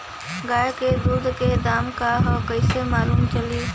गाय के दूध के दाम का ह कइसे मालूम चली?